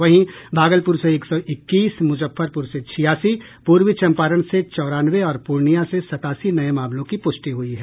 वहीं भागलपुर से एक सौ इक्कीस मुजफ्फरपुर से छियासी पूर्वी चंपारण से चौरानवे और पूर्णिया से सतासी नये मामलों की पुष्टि हुई है